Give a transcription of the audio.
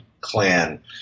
clan